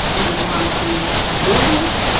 we would want to change the ordinance,